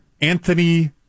Anthony